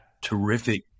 terrific